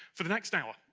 for the next hour,